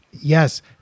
Yes